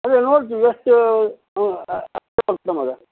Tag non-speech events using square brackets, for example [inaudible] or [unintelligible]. ಅದೇ ನೋಡ್ತೀವಿ ಎಷ್ಟು ಹ್ಞೂ [unintelligible]